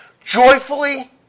joyfully